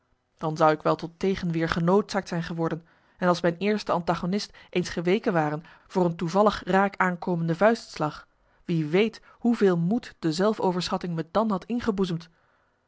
dan zou ik wel tot tegenweer genoodzaakt zijn geworden en als mijn eerste antagonist eens geweken ware voor een toevallig raak aankomende vuistslag wie wee hoeveel moed de zelfoverschatting me dan had